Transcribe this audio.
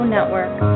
Network